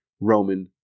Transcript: Roman